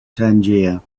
tangier